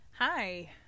hi